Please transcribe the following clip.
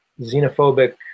xenophobic